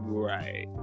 Right